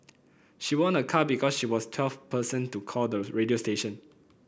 she won a car because she was twelfth person to call the radio station